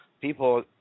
People